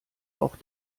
auch